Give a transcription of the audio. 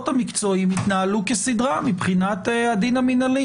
המקצועיים יתנהל כסדרם מבחינת הדין המינהלי.